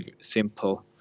simple